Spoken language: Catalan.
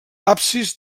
absis